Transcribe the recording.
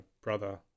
brother